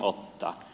ottaa